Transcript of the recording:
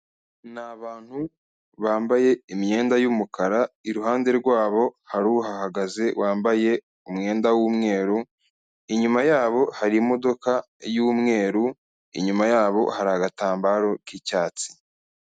Ni abantu bambaye imyenda y'umukara, iruhande rwabo, hari uhahagaze wambaye umwenda w'umweru, inyuma yabo, hari imodoka y'umweru, inyuma yabo, hari agatambaro k'icyatsi.